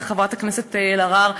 חברת הכנסת אלהרר,